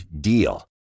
DEAL